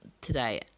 today